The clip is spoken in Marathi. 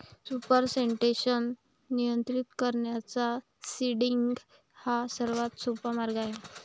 सुपरसेटेशन नियंत्रित करण्याचा सीडिंग हा सर्वात सोपा मार्ग आहे